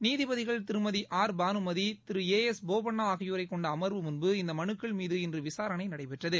நீதிபதிகள் திருமதி ஆர் பானுமதி திரு ஏ எஸ் போபண்ணா ஆகியோரைக்கொண்ட அமர்வு முன்பு இந்த மனுக்கள் மீது இன்று விசாரணை நடைபெற்றது